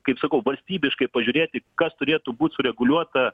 kaip sakau valstybiškai pažiūrėti kas turėtų būt sureguliuota